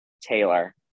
Taylor